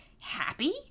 happy